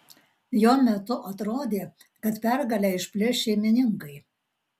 jo metu atrodė kad pergalę išplėš šeimininkai